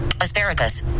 Asparagus